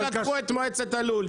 הם לקחו את מועצת הלול.